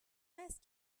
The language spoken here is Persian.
است